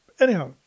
anyhow